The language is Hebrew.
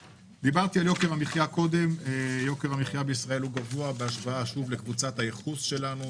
יוקר המחייה בישראל הוא גבוה בהשוואה לקבוצת הייחוס שלנו.